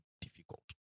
difficult